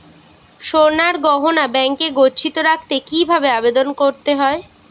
সোনার গহনা ব্যাংকে গচ্ছিত রাখতে কি ভাবে আবেদন করতে হয়?